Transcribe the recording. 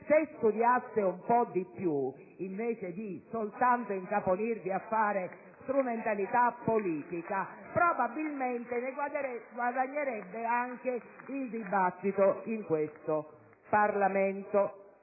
Se studiaste un po' di più invece di incaponirvi soltanto a fare strumentalità politica, probabilmente ne guadagnerebbe anche il dibattito in questo Parlamento.